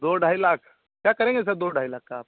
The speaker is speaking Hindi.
दो ढाई लाख क्या करेंगे सर दो ढाई लाख का आप